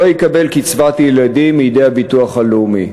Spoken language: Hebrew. לא יקבל קצבת ילדים מהביטוח הלאומי.